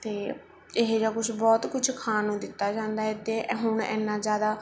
ਅਤੇ ਇਹੋ ਜਿਹਾ ਕੁਛ ਬਹੁਤ ਕੁਛ ਖਾਣ ਨੂੰ ਦਿੱਤਾ ਜਾਂਦਾ ਹੈ ਅਤੇ ਹੁਣ ਇੰਨਾ ਜ਼ਿਆਦਾ